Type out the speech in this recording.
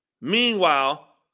Meanwhile